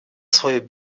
свою